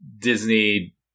Disney